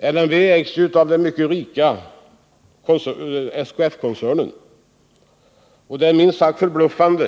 LMV ägs av den stora och mycket rika SKF-koncernen. Det är minst sagt förbluffande